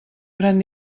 gran